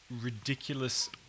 ridiculous